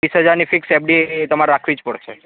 વીસ હજારની fix FD એ તમારે રાખવી જ પડશે